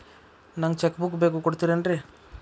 ನಂಗ cheque book ಬೇಕು ಕೊಡ್ತಿರೇನ್ರಿ?